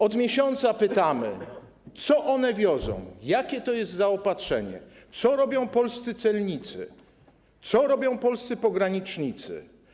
Od miesiąca pytamy, co one wiozą, jakie to jest zaopatrzenie, co robią polscy celnicy, co robią polscy pogranicznicy.